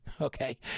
Okay